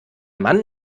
mann